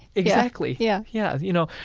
exactly yeah yeah. you know,